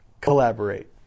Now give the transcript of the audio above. collaborate